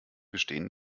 gestehen